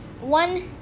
one